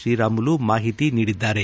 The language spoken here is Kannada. ತ್ರೀರಾಮುಲು ಮಾಹಿತಿ ನೀಡಿದ್ದಾರೆ